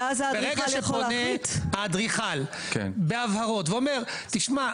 ברגע שפונה האדריכל בהבהרות ואומר תשמע,